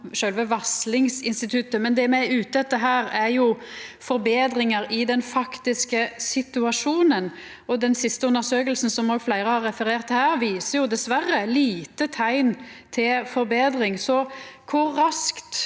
sjølve varslingsinstituttet, men det me er ute etter her, er forbetringar i den faktiske situasjonen. Den siste undersøkinga, som fleire har referert til her, viser dessverre lite teikn til forbetring.